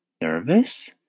Nervous